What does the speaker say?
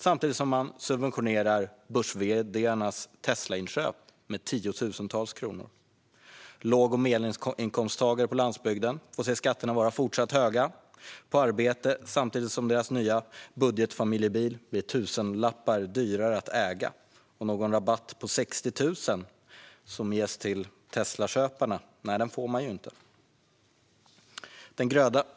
Samtidigt subventionerar man börs-vd:arnas Teslainköp med tiotusentals kronor. Låg och medelinkomsttagare på landsbygden får se skatterna på arbete vara fortsatt höga, och deras nya budgetfamiljebil blir tusenlappar dyrare att äga. Någon rabatt på 60 000, som den som ges till Teslaköparna, får de inte.